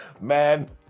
man